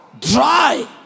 Dry